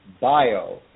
bio